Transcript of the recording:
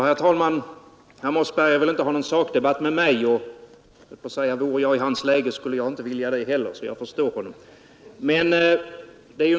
Herr talman! Herr Mossberger ville inte ta upp någon sakdebatt med mig, och jag höll på att säga att om jag vore i hans läge skulle inte jag heller vilja göra det. Jag förstår honom i det fallet.